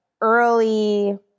early